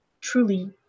truly